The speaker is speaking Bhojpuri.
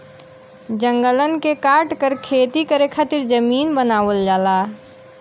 जंगलन के काटकर खेती करे खातिर जमीन बनावल जाला